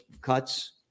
cuts